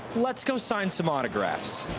let's go sign some autographs.